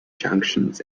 junctions